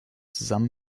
zusammen